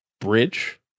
bridge